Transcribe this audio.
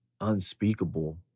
unspeakable